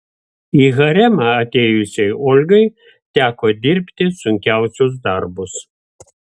į haremą atėjusiai olgai teko dirbti sunkiausius darbus